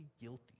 guilty